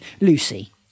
Lucy